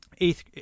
Eighth